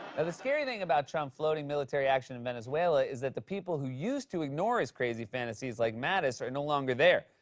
the scary thing about trump floating military action in venezuela is that the people who used to ignore his crazy fantasies, like mattis, are no longer there.